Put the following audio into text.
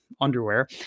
underwear